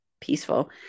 peaceful